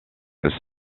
elle